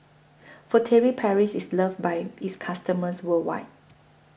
Furtere Paris IS loved By its customers worldwide